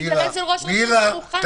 זה אינטרס של ראש רשות סמוכה.